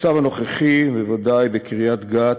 המצב הנוכחי, בוודאי בקריית-גת,